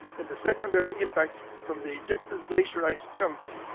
and the secondary impacts from the ejected glacier ice chunks,